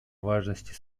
важности